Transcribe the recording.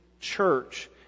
church